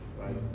right